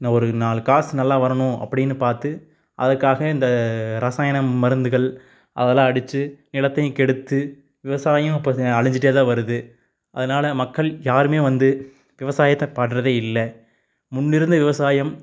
என்ன ஒரு நாலு காசு நல்லா வரணும் அப்படினு பார்த்து அதுக்காக இந்த ரசாயனம் மருந்துகள் அதெல்லாம் அடித்து நிலத்தையும் கெடுத்து விவசாயம் அப்போ அழிஞ்சிட்டேதான் வருது அதனால மக்கள் யாருமே வந்து விவசாயத்தை பண்ணுறதே இல்லை முன்னிருந்த விவசாயம்